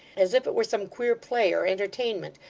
as if it were some queer play or entertainment,